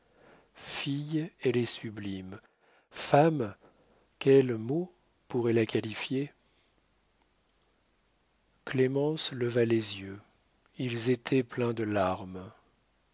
fille elle est sublime femme quel mot pourrait la qualifier clémence leva les yeux ils étaient pleins de larmes